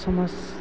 समाज